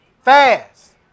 fast